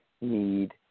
need